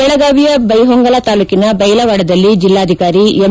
ಬೆಳಗಾವಿಯ ಬೈಹೊಂಗಲ ತಾಲ್ಲೂಕಿನ ಬೈಲವಾಡದಲ್ಲಿ ಜಿಲ್ಲಾಧಿಕಾರಿ ಎಂ